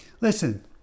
listen